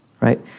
right